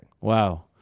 Wow